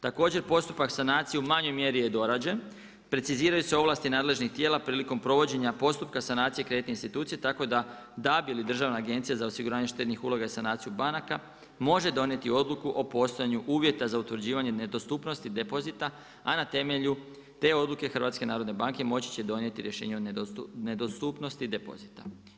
Također, postupak sanacije u manjoj mjeri je dorađen, preciziraju se ovlasti nadležnih tijela prilikom provođenja postupka sanacije kreditne institucija, tako da DAB ili Državna institucija za osiguranje štednih uloga i sanaciju banaka može donijeti odluku o postojanju uvjeta za utvrđivanje nedostupnosti depozita, a na temelju te odluke HNB moći će donijeti rješenja o nedostupnosti depozita.